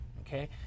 Okay